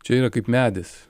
čia yra kaip medis